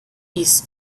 piece